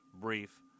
brief